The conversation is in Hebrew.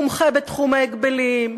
מומחה בתחום ההגבלים,